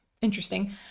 interesting